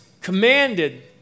commanded